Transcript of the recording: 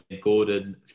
gordon